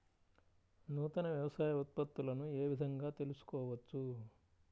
నూతన వ్యవసాయ ఉత్పత్తులను ఏ విధంగా తెలుసుకోవచ్చు?